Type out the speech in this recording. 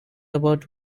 about